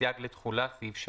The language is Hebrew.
סייג לתחולה3.